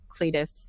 Cletus